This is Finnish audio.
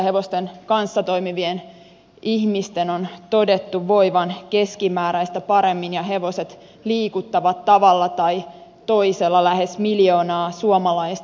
hevosten kanssa toimivien ihmisten on todettu voivan keskimääräistä paremmin ja hevoset liikuttavat tavalla tai toisella lähes miljoonaa suomalaista